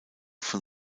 von